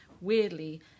weirdly